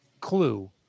clue